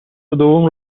دوم